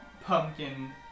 pumpkin